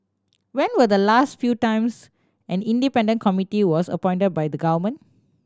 when were the last few times an independent committee was appointed by the government